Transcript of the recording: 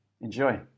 enjoy